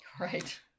Right